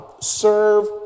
Serve